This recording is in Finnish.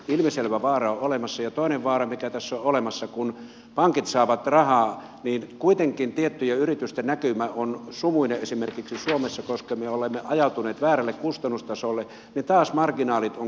ilmiselvä vaara on olemassa ja toinen vaara mikä tässä on olemassa kun pankit saavat rahaa niin kuitenkin tiettyjen yritysten näkymä on sumuinen esimerkiksi suomessa koska me olemme ajautuneet väärälle kustannustasolle ja taas marginaalit ovat korkeat